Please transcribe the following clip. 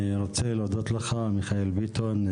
מיכאל ביטון,